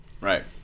Right